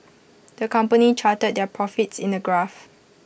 the company charted their profits in A graph